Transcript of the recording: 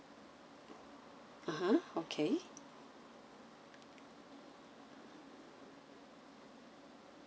(uh huh) okay